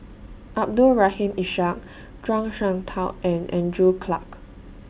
Abdul Rahim Ishak Zhuang Shengtao and Andrew Clarke